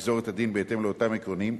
יגזור את הדין בהתאם לאותם עקרונות,